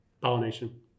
Pollination